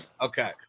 Okay